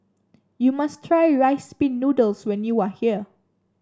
you must try Rice Pin Noodles when you are here